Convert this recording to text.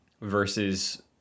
versus